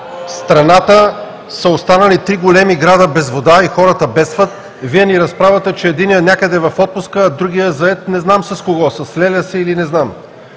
В страната са останали три големи града без вода и хората бедстват, а Вие ни разправяте, че единият е някъде в отпуска, а другият е зает с не знам си кого – с леля си, или не знам.